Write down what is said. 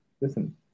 listen